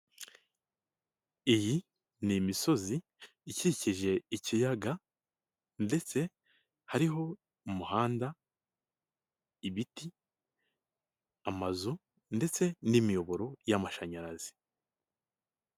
Iyi ni imisozi ikikije ikiyaga ndetse hariho umuhanda, ibiti, amazu ndetse n'imiyoboro y'amashanyarazi.